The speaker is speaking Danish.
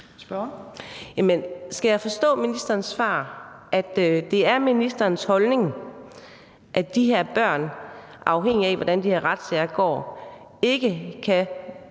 Skal jeg forstå ministerens svar sådan, at det er ministerens holdning, at de her børn – afhængigt af hvordan de her retssager går – ikke kan